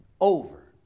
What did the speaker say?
over